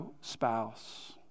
spouse